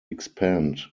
expand